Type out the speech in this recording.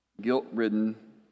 guilt-ridden